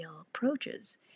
approaches